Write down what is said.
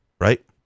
right